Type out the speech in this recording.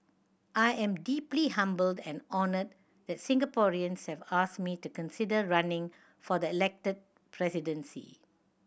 I am deeply humbled and honoured that Singaporeans have asked me to consider running for the Elected Presidency